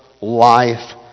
life